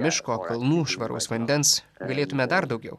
miško kalnų švaraus vandens galėtume dar daugiau